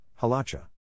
Halacha